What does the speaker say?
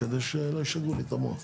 מישהו יש לו הערה?